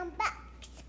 bucks